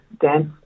dance